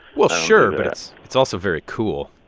well, sure, but it's it's also very cool